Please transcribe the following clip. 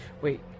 wait